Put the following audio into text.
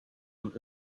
und